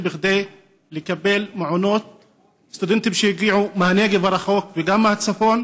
כדי לקבל מעונות, סטודנטים שהגיעו מהנגב הרחוק וגם מהצפון,